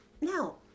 Now